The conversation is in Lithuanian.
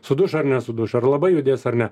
suduš ar nesuduš ar labai judės ar ne